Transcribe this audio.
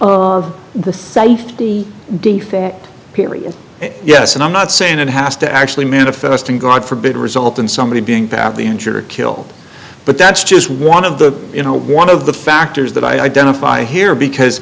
of the thank the defect period yes and i'm not saying it has to actually manifest and god forbid result in somebody being badly injured or killed but that's just one of the you know one of the factors that i identify here because